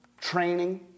training